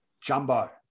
jumbo